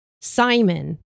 Simon